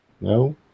no